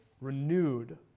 renewed